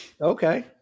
Okay